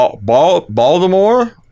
Baltimore